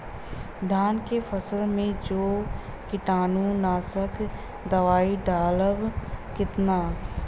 धान के फसल मे जो कीटानु नाशक दवाई डालब कितना?